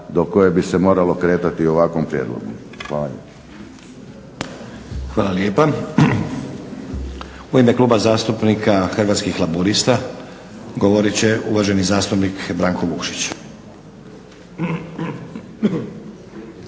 do koje bi se moralo kretati u ovakvom prijedlogu. Hvala. **Stazić, Nenad (SDP)** Hvala lijepa. U ime Kluba zastupnika Hrvatskih laburista govorit će uvaženi zastupnik Branko Vukšić.